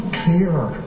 clear